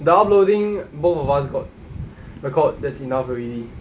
downloading both of us got record that's enough already